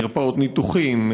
מרפאות ניתוחים,